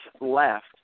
left